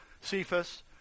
Cephas